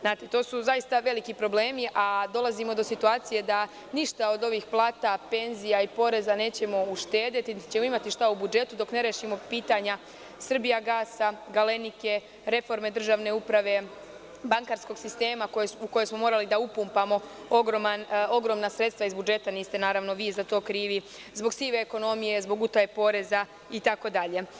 Znate, to su zaista veliki problemi, a dolazimo do situacije da ništa od ovih plata, penzija i poreza nećemo uštedeti, niti ćemo imati šta u budžetu dok ne rešimo pitanja „Srbijagasa“, „Galenike“, reforme državne uprave, bankarskog sistema u koje smo morali da upumpamo ogromna sredstva iz budžeta, naravno, niste vi za to krivi, zbog sive ekonomije, utaje poreza itd.